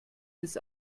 des